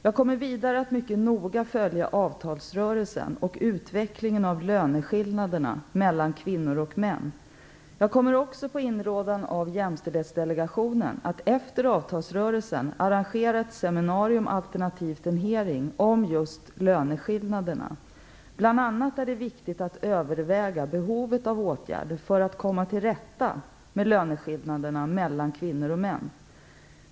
Jag kommer vidare att mycket noga följa avtalsrörelsen och utvecklingen av löneskillnaderna mellan kvinnor och män. Jag kommer också på inrådan av Jämställdhetsdelegationen att efter avtalsrörelsen arrangera ett seminarium alternativt en hearing om just löneskillnaderna. Bl.a. är det viktigt att överväga behovet av åtgärder för att komma till rätta med löneskillnaderna mellan kvinnor och män.